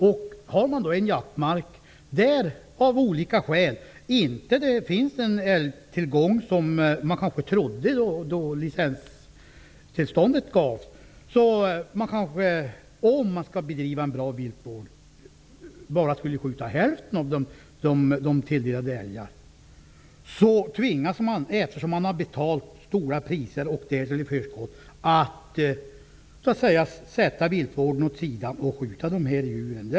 Om man då har en jaktmark, där det av olika skäl inte finns den älgtillgång som man kanske trodde vid den tidpunkt när licenstillståndet gavs, skulle man egentligen bara skjuta hälften av de älgar som man tilldelats att skjuta, om man skulle bedriva en bra viltvård. Nu tvingas man, eftersom man betalt stora belopp i förskott, att sätta viltvårdsintresset åt sidan och i stället skjuta djuren.